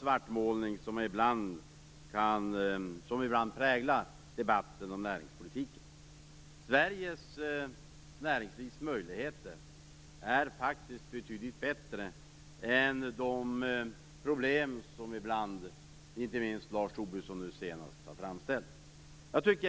svartmålning som ibland präglar debatten om näringspolitiken. Sveriges näringslivs möjligheter är faktiskt betydligt bättre än vad som framgår av den beskrivning av problem som ibland framställs, inte minst nu senast av Lars Tobisson.